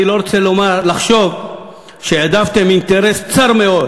אני לא רוצה לחשוב שהעדפתם אינטרס צר מאוד